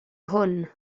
hwn